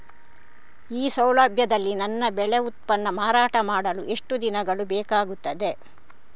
ಈ ಸೌಲಭ್ಯದಲ್ಲಿ ನನ್ನ ಬೆಳೆ ಉತ್ಪನ್ನ ಮಾರಾಟ ಮಾಡಲು ಎಷ್ಟು ದಿನಗಳು ಬೇಕಾಗುತ್ತದೆ?